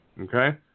Okay